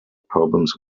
problems